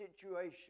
situation